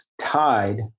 tied